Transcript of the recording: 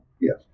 Yes